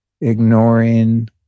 ignoring